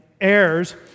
Heirs